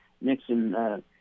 Nixon –